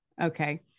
Okay